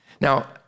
Now